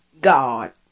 God